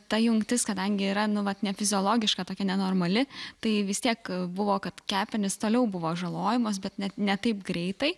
ta jungtis kadangi yra nu vat ne fiziologiška tokia nenormali tai vis tiek buvo kad kepenys toliau buvo žalojamos bet ne taip greitai